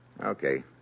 okay